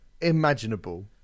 imaginable